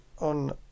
on